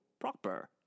proper